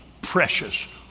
precious